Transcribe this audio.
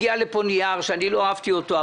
הגיע לפה נייר שאני לא אהבתי אותו,